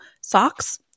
socks